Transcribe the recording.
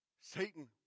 Satan